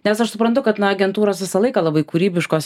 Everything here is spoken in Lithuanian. nes aš suprantu kad na agentūros visą laiką labai kūrybiškos